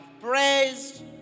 praised